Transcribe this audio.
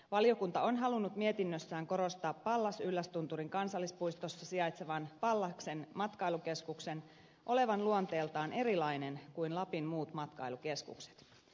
valiokunta on halunnut mietinnössään korostaa pallas yllästunturin kansallispuistossa sijaitsevan pallaksen matkailukeskuksen olevan luonteeltaan erilainen kuin lapin muut matkailukeskukset